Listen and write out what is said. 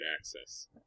access